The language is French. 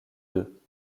deux